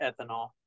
ethanol